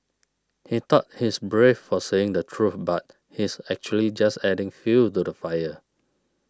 he thought he is brave for saying the truth but he is actually just adding fuel to the fire